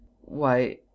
why